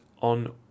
on